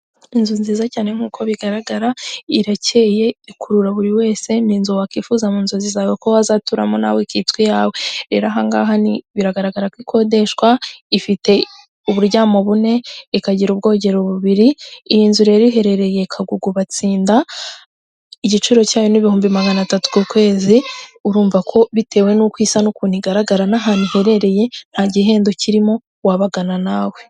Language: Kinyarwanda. Inzu nziza cyane nk'uko bigaragara irakeye, ikurura buri wese, ni inzu wakwifuza mu nzozi zawe ko wazaturamo nawe ikitwa iyawe, rero ahangaha biragaragara ko ikodeshwa, ifite uburyamo bune, ikagira ubwogero bubiri, iyi nzu rero iherereye kagugu, ibatsinda, igiciro cyayo n'ibihumbi magana atatu ku kwezi, urumva ko bitewe n'uko isa n'ukuntu igaragara n'ahantu iherereye nta gihombo kirimo wababagana nawe.